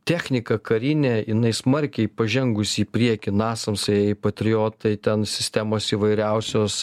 technika karinė jinai smarkiai pažengusi į priekį nasamsai patriotai ten sistemos įvairiausios